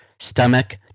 stomach